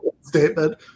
statement